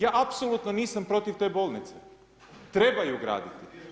Ja apsolutno nisam protiv te bolnice, treba ju graditi.